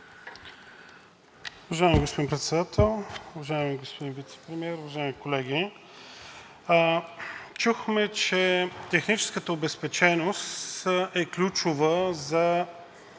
Уважаеми господин Председател, уважаеми господин Вицепремиер, уважаеми колеги! Чухме, че техническата обезпеченост е ключова за